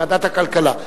ועדת הכלכלה.